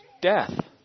death